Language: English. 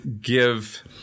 give